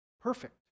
perfect